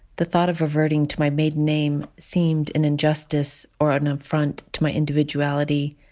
the thought of reverting to my maiden name seemed an injustice or an affront to my individuality.